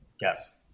yes